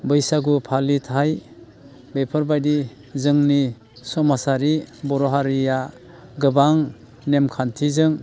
बैसागु फालिथाय बेफोरबायदि जोंनि समाजारि बर' हारिया गोबां नेम खान्थिजों